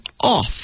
off